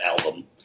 album